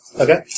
Okay